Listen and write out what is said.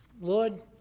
Lord